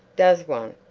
does one?